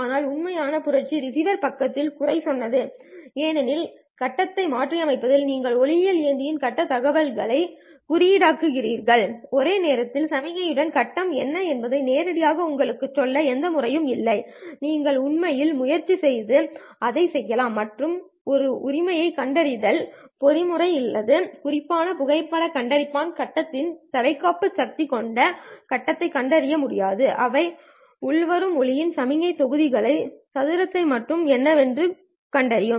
ஆனால் உண்மையான புரட்சி ரிசீவர் பக்கத்தில் குறை சொன்னது ஏனெனில் கட்டத்தை மாற்றியமைப்பதில் நீங்கள் ஒளியியல் ஏந்தியின் கட்டத்தில் தகவல்களை குறியீடாக்குகிறீர்கள் ஒரே நேரத்தில் சமிக்ஞையின் கட்டம் என்ன என்பதை நேரடியாக உங்களுக்குச் சொல்ல எந்த முறையும் இல்லை நீங்கள் உண்மையில் முயற்சி செய்து அதைச் செய்யலாம் மற்றும் ஒரு உரிமையைக் கண்டறிதல் பொறிமுறை இல்லை குறிப்பாக புகைப்படக் கண்டுபிடிப்பான் கட்டத்திற்கு தடைகாப்பு சக்தி கொண்ட கட்டத்தை கண்டறிய முடியாது அவை உள்வரும் ஒளியியல் சமிக்ஞையின் தொகுதிகள் சதுரத்தை மட்டுமே என்னவென்று கண்டறியும்